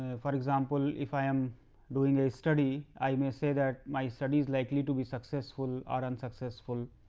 for example, if i am doing a study, i may say that my study is likely to be successful or unsuccessful.